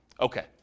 Okay